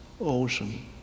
ocean